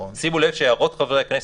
שימו לב שהערות חברי הכנסת,